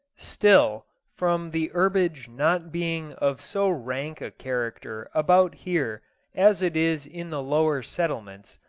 still, from the herbage not being of so rank a character about here as it is in the lower settlements,